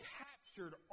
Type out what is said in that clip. captured